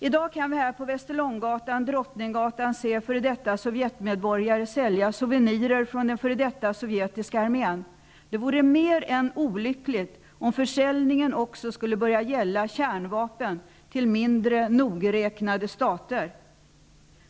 I dag kan vi på sovjetiska armén. Det vore mer än olyckligt om försäljningen också skulle börja gälla kärnvapen till mindre nogräknade stater.